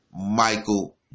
Michael